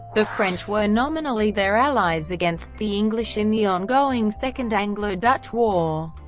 the french were nominally their allies against the english in the ongoing second anglo-dutch war.